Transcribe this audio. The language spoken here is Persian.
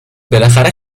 بالاخره